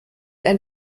ein